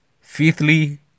Fifthly